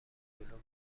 جلو